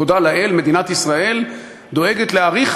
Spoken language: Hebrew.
תודה לאל, מדינת ישראל דואגת להאריך